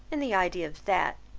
and the idea of that,